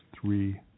three